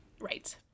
Right